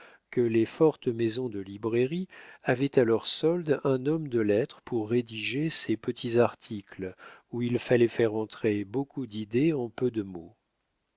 que les fortes maisons de librairie avaient à leur solde un homme de lettres pour rédiger ces petits articles où il fallait faire entrer beaucoup d'idées en peu de mots